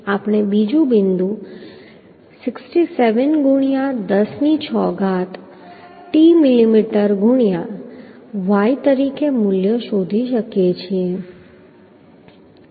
તેથી આપણે બીજું બિંદુ 67 ગુણ્યા 10 ની 6 ઘાત t મિલીમીટર ગુણ્યા y તરીકે મૂલ્ય શોધી શકીએ છીએ